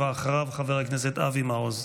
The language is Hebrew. אחריו, חבר הכנסת אבי מעוז.